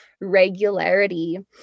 regularity